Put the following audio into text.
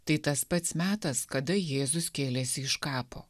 tai tas pats metas kada jėzus kėlėsi iš kapo